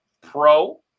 pro